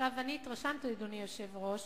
אני התרשמתי, אדוני היושב-ראש,